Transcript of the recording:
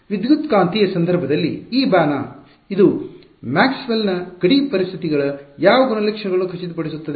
ವಿದ್ಯುತ್ಕಾಂತೀಯ ಸಂದರ್ಭದಲ್ಲಿ ಈ ಬಾಣ ಇದು ಮ್ಯಾಕ್ಸ್ವೆಲ್ Maxwell's ನ ಗಡಿ ಪರಿಸ್ಥಿತಿಗಳ ಯಾವ ಗುಣಲಕ್ಷಣಗಳನ್ನು ಖಚಿತಪಡಿಸುತ್ತದೆ